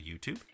YouTube